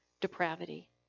depravity